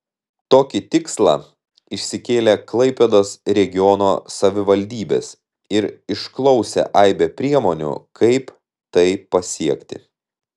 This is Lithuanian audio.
tokį tikslą išsikėlė klaipėdos regiono savivaldybės ir išklausė aibę priemonių kaip tai pasiekti